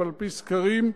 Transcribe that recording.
אבל על-פי סקרים,